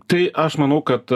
tai aš manau kad